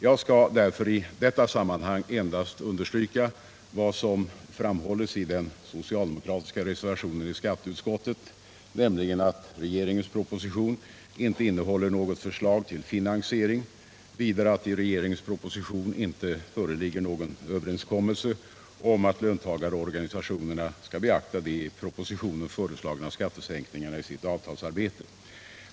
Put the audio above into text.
Jag skall därför i detta sammanhang endast understryka vad som framhålls i den socialdemokratiska reservationen i skatteutskottet, nämligen att propositionen inte innehåller något förslag till finansiering, vidare att i propositionen inte föreligger någon överenskommelse om att lön tagarorganisationerna skall beakta de i propositionen föreslagna skattesänkningarna i sitt avtalsarbete.